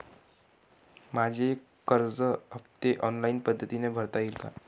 माझे कर्ज हफ्ते ऑनलाईन पद्धतीने भरता येतील का?